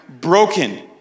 broken